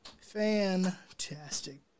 Fantastic